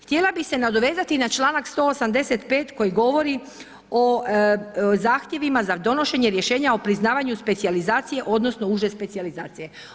Htjela bih se nadovezati na čl. 185. koji govori o zahtjevima za donošenje rješenja o priznavanju specijalizacije odnosno uže specijalizacije.